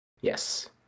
Yes